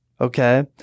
Okay